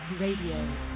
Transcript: Radio